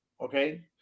Okay